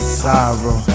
sorrow